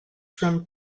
from